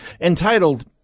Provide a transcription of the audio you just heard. entitled